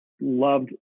loved